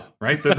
right